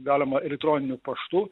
galima elektroniniu paštu